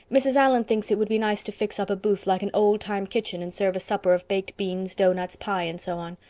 mrs. allan thinks it would be nice to fix up a booth like an old-time kitchen and serve a supper of baked beans, doughnuts, pie, and so on.